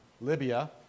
Libya